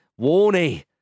Warnie